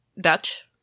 Dutch